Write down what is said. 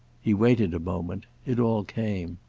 he waited a moment it all came.